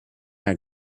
not